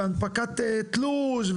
והנפקת תלוש,